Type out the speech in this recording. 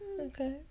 Okay